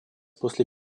после